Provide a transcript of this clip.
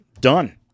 Done